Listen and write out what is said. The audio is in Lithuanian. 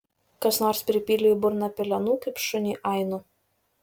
kas nors pripylė į burną pelenų kaip šuniui ainu